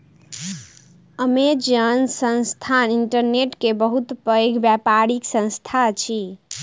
Amazon संस्थान internet के बहुत पैघ व्यापारिक संस्थान अछि